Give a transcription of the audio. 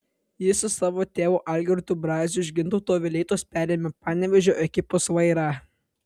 jis su savo tėvu algirdu braziu iš gintauto vileitos perėmė panevėžio ekipos vairą